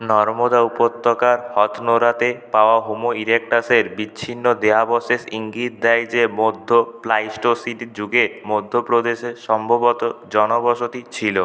নর্মদা উপত্যকার হথনোরাতে পাওয়া হোমো ইরেক্টাসের বিচ্ছিন্ন দেহাবশেষ ইঙ্গিত দেয় যে মধ্য প্লাইটোসিটির যুগে মধ্যপ্রদেশে সম্ভবত জনবসতি ছিল